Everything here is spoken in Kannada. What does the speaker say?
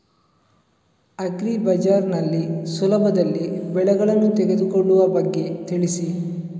ಅಗ್ರಿ ಬಜಾರ್ ನಲ್ಲಿ ಸುಲಭದಲ್ಲಿ ಬೆಳೆಗಳನ್ನು ತೆಗೆದುಕೊಳ್ಳುವ ಬಗ್ಗೆ ತಿಳಿಸಿ